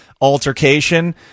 altercation